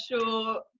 sure